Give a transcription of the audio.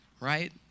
right